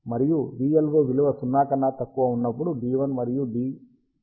మరియు vLO విలువ 0 కన్నా తక్కువ ఉన్నప్పుడు D1 మరియు D4 ఆన్ లో ఉంటాయి